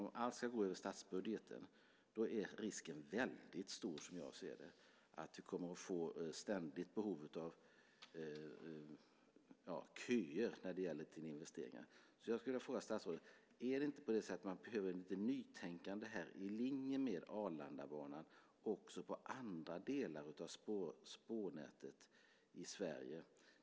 Om allt ska gå över statsbudgeten är risken väldigt stor att vi får ständiga köer när det gäller investeringar. Behöver man inte lite nytänkande i linje med Arlandabanan också på andra delar av spårnätet i Sverige?